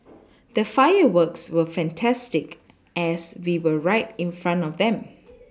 the fireworks were fantastic as we were right in front of them